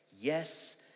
Yes